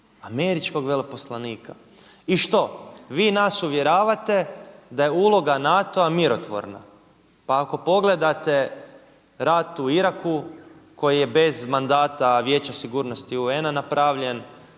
američkog veleposlanika. I što? Vi nas uvjeravate da je uloga NATO-a mirotvorna. Pa ako pogledate rat u Iraku koji je bez mandata Vijeća sigurnosti UN-a napravljen,